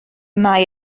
mae